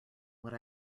what